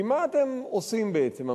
כי מה אתם עושים בעצם,